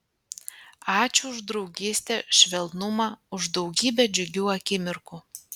ačiū už draugystę švelnumą už daugybę džiugių akimirkų